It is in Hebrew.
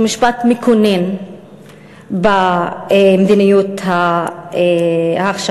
שהוא משפט מכונן במדיניות העכשווית.